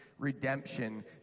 Redemption